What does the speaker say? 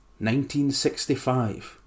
1965